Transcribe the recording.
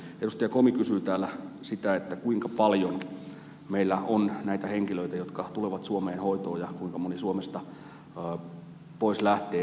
komi kysyi täällä sitä kuinka paljon meillä on näitä henkilöitä jotka tulevat suomeen hoitoon ja kuinka moni suomesta pois lähtee